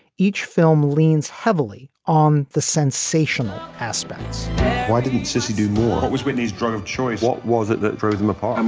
each film leans heavily on the sensational aspects why didn't cissy do more? it was whitney's drug of choice. what was it that drove them apart? um